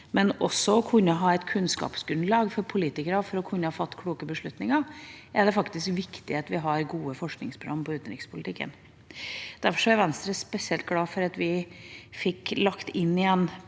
en levende debatt og et kunnskapsgrunnlag for politikerne for å fatte kloke beslutninger – er det faktisk viktig at vi har gode forskningsprogram på utenrikspolitikken. Derfor er Venstre spesielt glad for at vi fikk lagt inn igjen